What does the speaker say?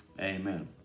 Amen